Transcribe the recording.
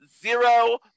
zero